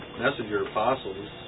messenger-apostles